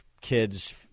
kids